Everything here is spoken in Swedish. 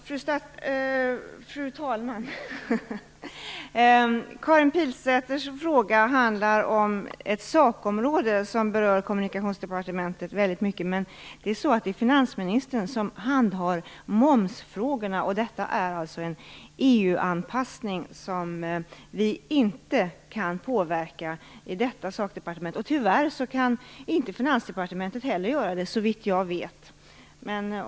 Fru talman! Karin Pilsäters fråga handlar om ett sakområde som berör Kommunikationsdepartementet väldigt mycket, men det är finansministern som handhar momsfrågorna. Detta är en EU-anpassning som vi inte kan påverka i detta sakdepartement. Tyvärr kan inte heller Finansdepartementet göra det, såvitt jag vet.